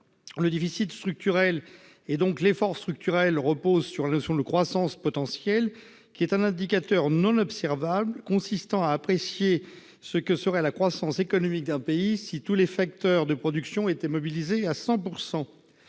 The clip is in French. Le déficit structurel, et donc l'effort structurel, reposent sur la notion de croissance potentielle, indicateur non observable consistant à apprécier ce que serait la croissance économique d'un pays si tous les facteurs de production étaient mobilisés à 100 %.